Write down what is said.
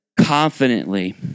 confidently